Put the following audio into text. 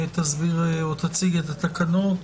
תסביר או תציג את התקנות,